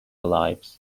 lives